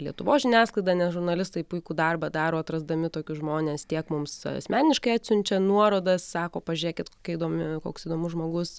lietuvos žiniasklaidą nes žurnalistai puikų darbą daro atrasdami tokius žmones tiek mums asmeniškai atsiunčia nuorodą sako pažiūrėkit kokia įdomi koks įdomus žmogus